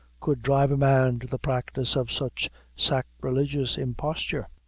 could drive a man to the practice of such sacrilegious imposture.